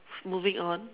moving on